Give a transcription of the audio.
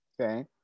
okay